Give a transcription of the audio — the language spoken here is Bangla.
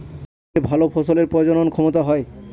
জমির ভালো ফসলের প্রজনন ক্ষমতা হয়